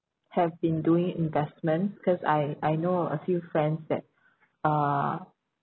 have been doing investment cause I I know a few friends that uh